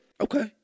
Okay